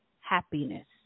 happiness